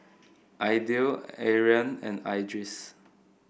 Aidil Aryan and Idris